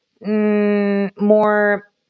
more